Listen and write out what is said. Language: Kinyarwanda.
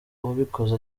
wabikoze